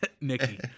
Nikki